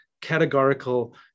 categorical